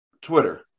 Twitter